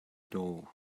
door